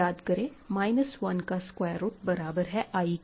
याद करें 1 का स्क्वायर रूट बराबर है i के